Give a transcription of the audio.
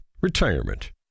Retirement